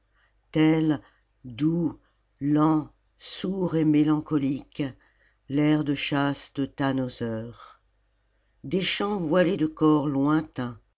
tel doux lent sourd et mélancolique l'air de chasse de tannhauser des chants voilés de cors lointains